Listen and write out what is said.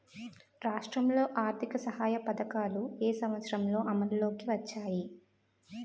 రాష్ట్రంలో ఆర్థిక సహాయ పథకాలు ఏ సంవత్సరంలో అమల్లోకి వచ్చాయి?